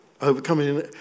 overcoming